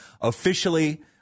officially